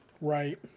Right